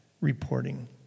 reporting